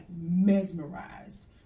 mesmerized